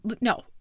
No